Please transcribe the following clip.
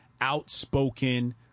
outspoken